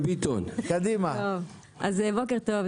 בוקר טוב.